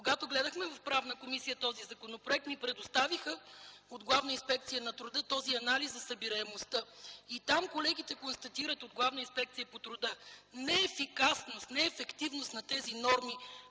когато гледахме в Правна комисия този законопроект, ни предоставиха от Главна инспекция на труда този анализ за събираемостта. И там колегите констатират, от Главна инспекция по труда – неефикасност, неефективност на тези норми,